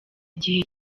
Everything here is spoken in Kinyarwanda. igihe